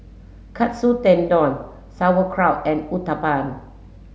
Katsu Tendon Sauerkraut and Uthapam